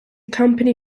company